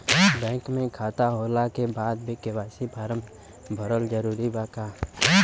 Bank में खाता होला के बाद भी के.वाइ.सी फार्म भरल जरूरी बा का?